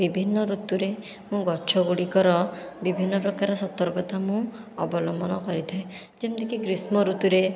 ବିଭିନ୍ନ ଋତୁରେ ମୁଁ ଗଛ ଗୁଡ଼ିକର ବିଭିନ୍ନ ପ୍ରକାର ସତର୍କତା ମୁଁ ଅବଲମ୍ବନ କରିଥାଏ ଯେମିତିକି ଗ୍ରୀଷ୍ମ ଋତୁରେ